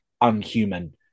unhuman